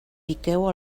piqueu